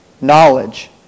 Knowledge